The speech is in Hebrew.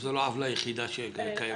זו לא העוולה היחידה שקיימת.